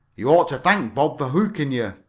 you ought to thank bob for hooking you.